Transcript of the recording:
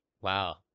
Wow